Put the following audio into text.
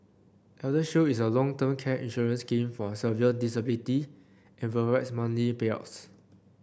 elder shield is a long term care insurance scheme for severe disability and provides monthly payouts